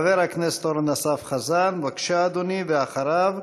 חבר הכנסת אורן אסף חזן, בבקשה, אדוני, ואחריו,